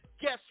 Guess